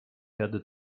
kehrte